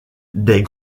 des